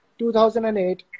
2008